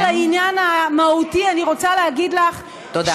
מעבר לעניין המהותי, אני רוצה להגיד לך, תודה.